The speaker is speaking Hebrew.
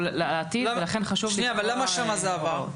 --- ולכן חשוב --- למה שם זה עבר?